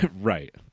Right